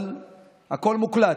אבל הכול מוקלט.